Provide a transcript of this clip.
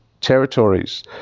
territories